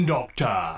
Doctor